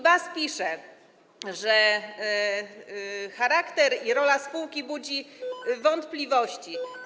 BAS pisze, że charakter i rola spółki budzą wątpliwości.